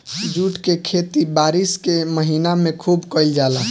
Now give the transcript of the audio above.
jute के खेती बारिश के महीना में खुब कईल जाला